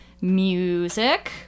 music